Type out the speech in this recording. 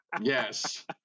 Yes